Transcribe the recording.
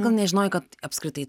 gal nežinojai kad apskritai